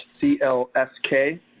C-L-S-K